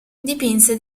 dipinse